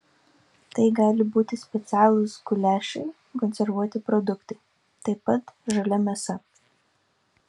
tai gali būti specialūs guliašai konservuoti produktai taip pat žalia mėsa